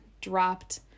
dropped